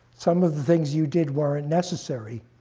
some of the things you did weren't unnecessary.